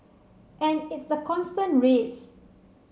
and it's a constant race